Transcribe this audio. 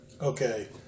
Okay